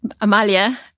Amalia